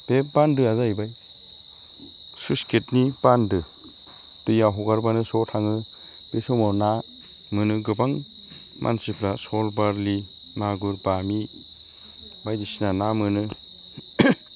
बे बान्दोआ जाहैबाय स्लुइस गेटनि बान्दो दैया हगारबानो स' थाङो बे समाव ना मोनो गोबां मानसिफ्रा सल बारलि मागुर बामि बायदिसिना ना मोनो